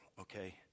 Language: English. okay